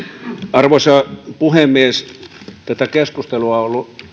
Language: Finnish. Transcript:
arvoisa puhemies tätä keskustelua on ollut